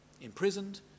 imprisoned